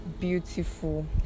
beautiful